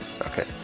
Okay